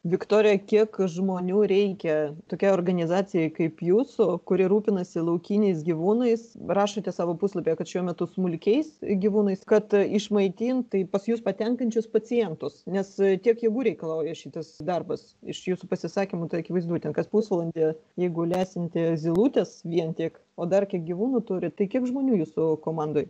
viktorija kiek žmonių reikia tokiai organizacijai kaip jūsų kuri rūpinasi laukiniais gyvūnais rašote savo puslapyje kad šiuo metu smulkiais gyvūnais kad išmaitint tai pas jus patenkančius pacientus nes tiek jėgų reikalauja šitas darbas iš jūsų pasisakymų tai akivaizdu ten kas pusvalandį jeigu lesinti zylutes vien tik o dar gyvūnų turit tai kiek žmonių jūsų komandoj